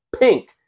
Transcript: pink